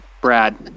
Brad